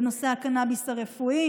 בנושא הקנביס הרפואי